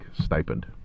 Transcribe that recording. stipend